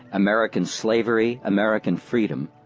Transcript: american slavery, american freedom